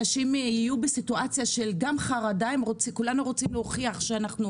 אנשים יהיו בסיטואציה של גם חרדה וכולנו רוצים להוכיח שאנחנו